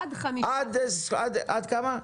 עד כמה?